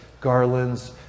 garlands